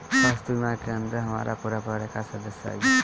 स्वास्थ्य बीमा के अंदर हमार पूरा परिवार का सदस्य आई?